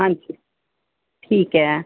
ਹਾਂਜੀ ਠੀਕ ਹੈ